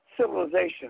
civilization